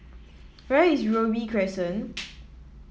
where is Robey Crescent